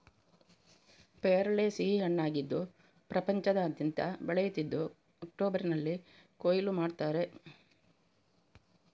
ಪೇರಳೆ ಸಿಹಿ ಹಣ್ಣಾಗಿದ್ದು ಪ್ರಪಂಚದಾದ್ಯಂತ ಬೆಳೆಯುತ್ತಿದ್ದು ಅಕ್ಟೋಬರಿನಲ್ಲಿ ಕೊಯ್ಲು ಮಾಡ್ತಾರೆ